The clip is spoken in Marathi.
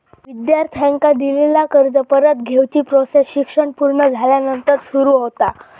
विद्यार्थ्यांका दिलेला कर्ज परत घेवची प्रोसेस शिक्षण पुर्ण झाल्यानंतर सुरू होता